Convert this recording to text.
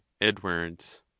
Edwards